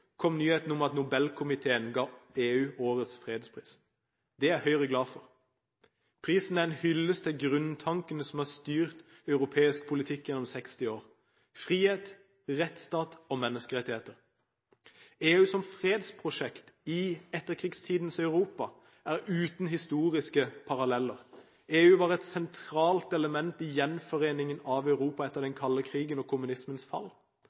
kom nyheten om at Nobelkomiteen ga EU årets fredspris. Det er Høyre glad for. Prisen er en hyllest til grunntankene som har styrt europeisk politikk gjennom 60 år – frihet, rettsstat og menneskerettigheter. EU som fredsprosjekt i etterkrigstidens Europa er uten historiske paralleller. EU var et sentralt element i gjenforeningen av Europa etter den kalde krigen og kommunismens fall.